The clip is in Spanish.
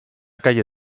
calle